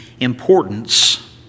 importance